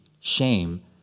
shame